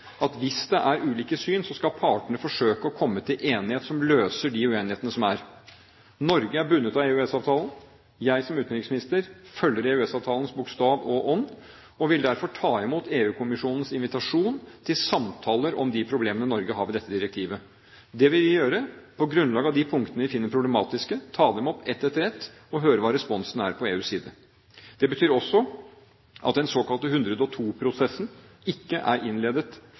at hvis det er ulike syn, skal partene forsøke å komme til en enighet som løser de uenighetene som er. Norge er bundet av EØS-avtalen, jeg som utenriksminister følger EØS-avtalens bokstav og ånd og vil derfor ta imot EU-kommisjonens invitasjon til samtaler om de problemene Norge har ved dette direktivet. Det vil vi gjøre på grunnlag av de punktene vi finner problematiske – ta dem opp ett etter ett og høre hva responsen er på EUs side. Det betyr også at den såkalte 102-prosessen ikke er innledet foreløpig. Det er